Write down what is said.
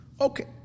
Okay